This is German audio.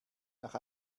nach